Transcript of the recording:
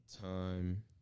time